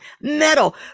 metal